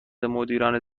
مدیران